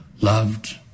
Loved